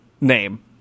name